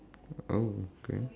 oh okay